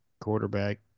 quarterback